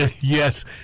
yes